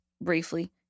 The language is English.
briefly